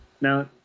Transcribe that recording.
Now